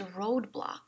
roadblock